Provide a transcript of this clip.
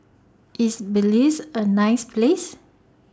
IS Belize A nice Place